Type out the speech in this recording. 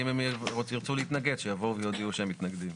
ואם הם ירצו להתנגד - שיבואו ויודיעו שהם מתנגדים.